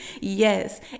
yes